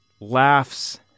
laughs